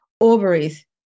ovaries